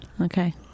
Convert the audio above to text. Okay